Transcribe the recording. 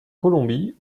colombie